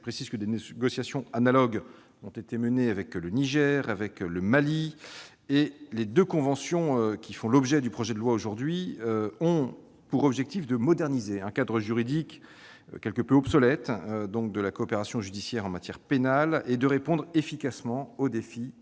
de 2016. Des négociations analogues ont été menées avec le Niger et le Mali. Les deux conventions qui font l'objet du présent projet de loi ont pour objectif de moderniser le cadre juridique quelque peu obsolète de la coopération judiciaire en matière pénale et de répondre efficacement aux défis posés